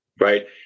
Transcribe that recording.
Right